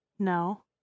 no